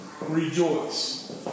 rejoice